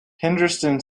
henderson